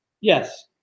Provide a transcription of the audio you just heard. Yes